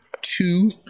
two